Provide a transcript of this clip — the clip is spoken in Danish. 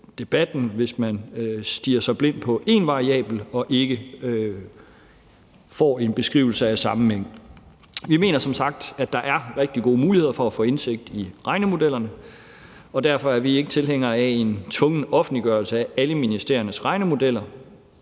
hvis man stirrer sig blind på én variabel og ikke får en beskrivelse af sammenhængen. Vi mener som sagt, at der er rigtig gode muligheder for at få indsigt i regnemodellerne. Derfor er vi ikke tilhængere af en tvungen offentliggørelse af alle ministeriernes regnemodeller,